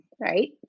right